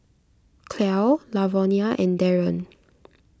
Clell Lavonia and Darren